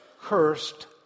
cursed